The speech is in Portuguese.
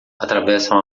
atravessam